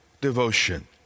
devotion